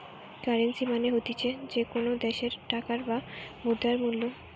currency মানে হতিছে যে কোনো দ্যাশের টাকার বা মুদ্রার মূল্য